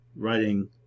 writing